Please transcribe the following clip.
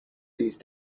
these